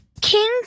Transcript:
King